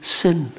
sin